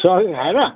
सक्यो खाएर